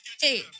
hey